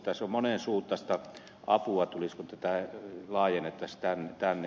tässä monensuuntaista apua tulisi kun tätä laajennettaisiin tänne